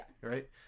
right